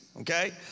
okay